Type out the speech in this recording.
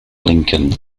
lincoln